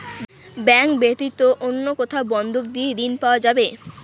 Bank ব্যাতীত অন্য কোথায় বন্ধক দিয়ে ঋন পাওয়া যাবে?